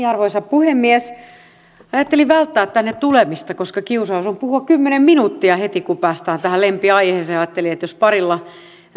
arvoisa puhemies ajattelin välttää tänne tulemista koska kiusaus on puhua kymmenen minuuttia heti kun päästään tähän lempiaiheeseen ajattelin että jos parilla